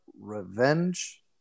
revenge